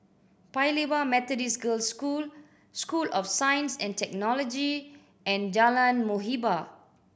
Paya Lebar Methodist Girls' School School of Science and Technology and Jalan Muhibbah